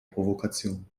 provokation